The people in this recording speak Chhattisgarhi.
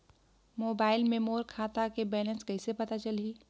मोबाइल मे मोर खाता के बैलेंस कइसे पता चलही?